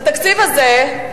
בתקציב הזה,